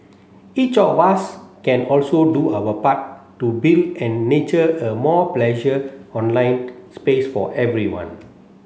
each of us can also do our part to build and nurture a more pleasure online space for everyone